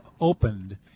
opened